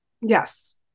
Yes